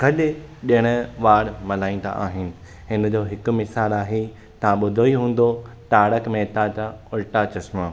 गॾु ॾिण वार मल्हाईंदा आहिनि हिन जो हिकु मिसालु आहे तव्हां ॿुधो ई हूंदो तारक मेहता का उल्टा चश्मा